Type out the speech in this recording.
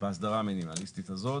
בהסדרה המינימליסטית הזאת,